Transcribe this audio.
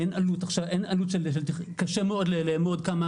אין עלות של --- קשה מאוד לאמוד כמה